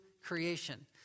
Creation